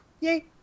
Yay